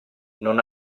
non